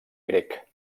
grec